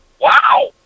Wow